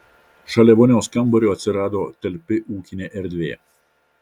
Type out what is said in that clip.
šalia vonios kambario atsirado talpi ūkinė erdvė